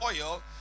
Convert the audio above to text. oil